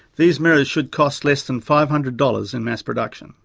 these mirrors should cost less than five hundred dollars in mass production